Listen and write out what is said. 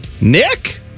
Nick